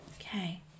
Okay